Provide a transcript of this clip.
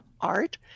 Art